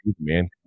man